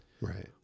right